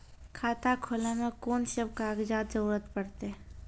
खाता खोलै मे कून सब कागजात जरूरत परतै?